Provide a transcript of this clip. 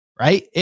Right